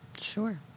Sure